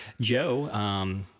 Joe